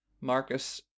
Marcus